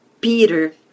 Peter